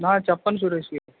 చెప్పండి సురేష్ గారు